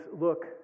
look